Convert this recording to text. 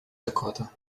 dakota